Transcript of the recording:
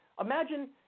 Imagine